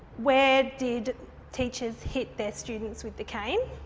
where did teachers hit their students with the cane?